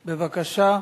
בבקשה.